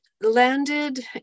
landed